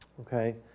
Okay